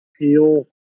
peel